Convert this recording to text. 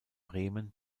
bremen